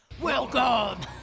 Welcome